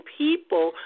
people